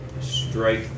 strike